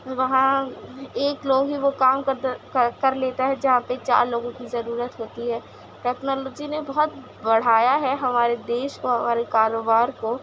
وہاں ایک لوگ ہی وہ کام کر لیتا ہے جہاں پہ چار لوگوں کی ضرورت ہوتی ہے ٹیکنالوجی نے بہت بڑھایا ہے ہمارے دیش اور ہمارے کاروبار کو